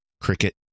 Cricket